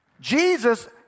Jesus